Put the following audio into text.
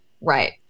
Right